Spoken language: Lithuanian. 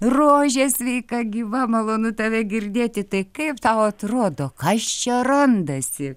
rožė sveika gyva malonu tave girdėti tai kaip tau atrodo kas čia randasi